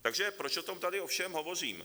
Takže proč o tom tady ovšem hovořím?